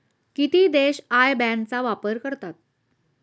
किती देश आय बॅन चा वापर करतात?